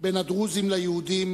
בין הדרוזים ליהודים,